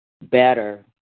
better